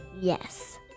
Yes